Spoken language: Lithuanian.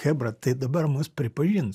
chebra tai dabar mus pripažins